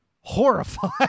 horrified